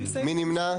מי נמנע?